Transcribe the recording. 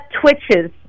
twitches